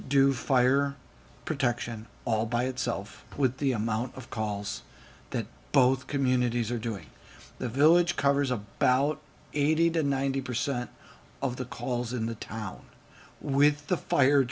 do fire protection all by itself with the amount of calls that both communities are doing the village covers about eighty to ninety percent of the calls in the town with the fire